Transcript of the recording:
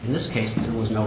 this case there was no